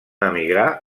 emigrar